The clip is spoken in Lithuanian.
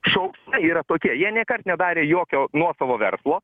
šauksai yra tokie jie nėkart nedarė jokio nuosavo verslo